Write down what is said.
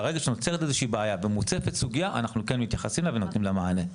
ברגע שנוצרת בעיה מסוימת ומוצפת סוגיה אנחנו מתייחסים ונותנים לה מענה.